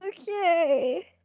Okay